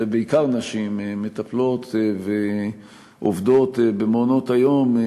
זה בעיקר נשים, מטפלות ועובדות במעונות-היום.